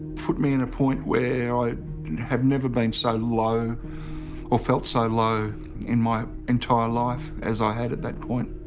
put me in a point where ah i have never been so low or felt so low in my entire life as i had at that point.